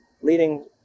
leading